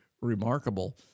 remarkable